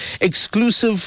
exclusive